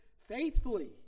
faithfully